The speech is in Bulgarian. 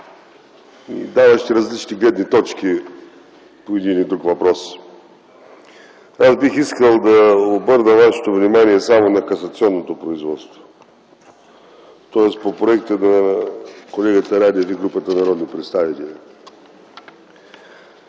даващи различни гледни точки по един или друг въпрос. Аз бих искал да обърна вашето внимание само на касационното производство, тоест по проекта на колегата Радев и групата народни представители.